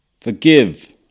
Forgive